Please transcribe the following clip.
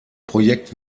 projekt